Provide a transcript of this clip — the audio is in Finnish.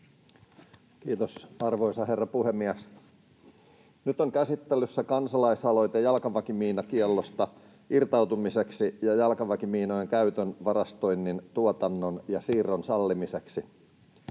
Kiitos, arvoisa herra puhemies! Nyt on käsittelyssä kansalaisaloite jalkaväkimiinakiellosta irtautumiseksi ja jalkaväkimiinojen käytön varastoinnin, tuotannon ja siirron sallimiseksi. Olen